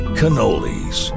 cannolis